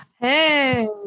Hey